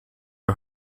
are